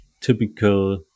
typical